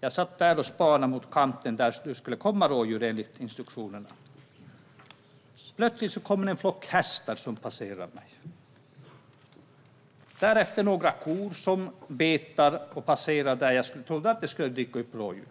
Jag satt där och spanade mot kanten, där det skulle komma rådjur, enligt instruktionerna. Plötsligt kom det en flock hästar som passerade, och därefter några kor som betade där jag trodde det skulle dyka upp rådjur.